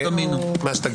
הבא.